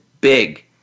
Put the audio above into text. Big